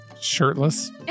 Shirtless